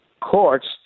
courts